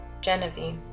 Genevieve